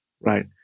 right